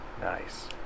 Nice